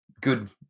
good